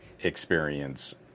experience